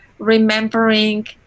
remembering